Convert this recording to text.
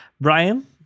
Brian